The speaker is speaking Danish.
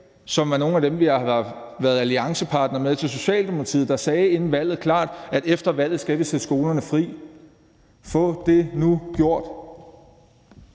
som er nogle af dem, vi har været alliancepartner med, og til Socialdemokratiet, der sagde klart inden valget, at efter valget skal vi sætte skolerne fri: Få det nu gjort.